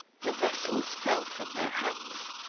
the vessels fell from their hands,